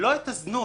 לא את הזנות.